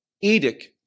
edict